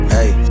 Hey